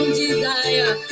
desire